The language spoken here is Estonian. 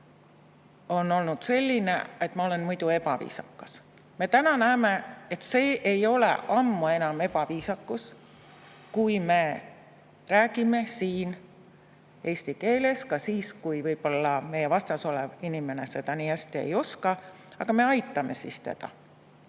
on olnud selline, et ma olen muidu ebaviisakas. Me täna näeme, et see ei ole ammu enam ebaviisakas, kui me räägime siin eesti keeles ka siis, kui võib-olla meie vastas olev inimene seda nii hästi ei oska. Aga me aitame siis teda.